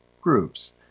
groups